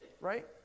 Right